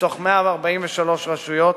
מתוך 143 רשויות,